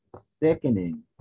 Sickening